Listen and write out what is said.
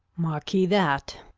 mark ye that.